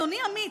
אדוני עמית,